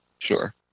Sure